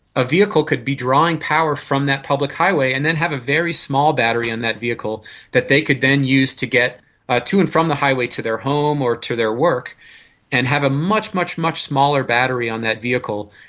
a vehicle could be drawing power from that public highway and then have a very small battery in that vehicle that they could then use to get ah to and from the highway to their home or to their work and have a much, much much smaller battery on that vehicle,